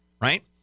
right